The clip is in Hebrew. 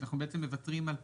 אנחנו מוותרים על (2),